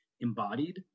embodied